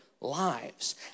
lives